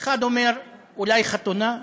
אחד אומר: אולי חתונה,